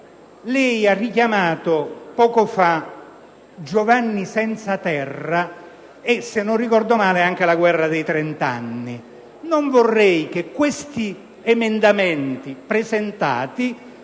lei ha richiamato poco fa Giovanni Senza Terra e - se non ricordo male - anche la Guerra dei trent'anni: non vorrei che questi emendamenti presentati